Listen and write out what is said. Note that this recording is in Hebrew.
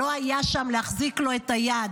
לא היה שם להחזיק לו את היד,